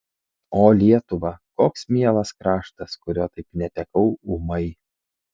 o lietuva koks mielas kraštas kurio taip netekau ūmai